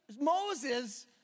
Moses